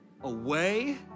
away